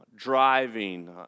driving